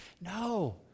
No